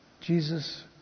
Jesus